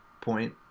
point